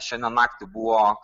šiandien naktį buvo